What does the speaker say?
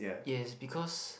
yes because